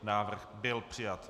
Návrh byl přijat.